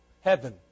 Heaven